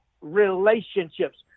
relationships